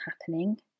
happening